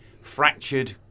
fractured